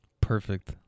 Perfect